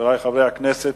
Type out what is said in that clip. חברי חברי הכנסת,